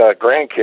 grandkids